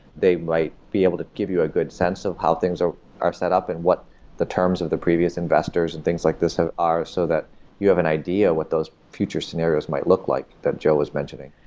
they might be able to give you a good sense of how things are are setup and what the terms of the previous investors and things like this are so that you have an idea what those future scenarios might look like that joe was mentioning.